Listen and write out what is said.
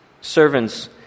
servants